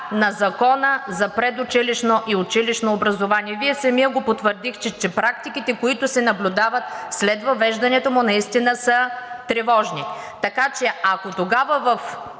на Закона за предучилищното и училищното образование. Вие самият го потвърдихте, че практиките, които се наблюдават след въвеждането му, наистина са тревожни. Така че, ако тогава, в